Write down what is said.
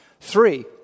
Three